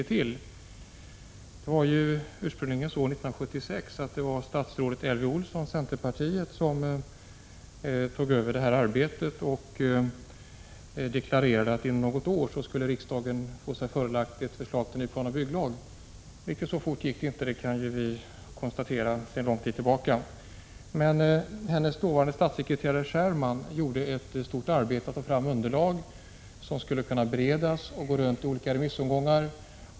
Ursprungligen var det så, år 1976, att statsrådet Elvy Olsson, centerpartiet, tog över det här arbetet och deklarerade att riksdagen inom något år skulle få sig förelagt ett förslag till ny planoch bygglag. Riktigt så fort gick det inte, vilket vi för länge sedan kunnat konstatera. Men Elvy Olssons dåvarande statssekreterare Scherman utförde ett omfattande arbete för att ta fram underlag för ett lagförslag som skulle kunna beredas och remissbehandlas.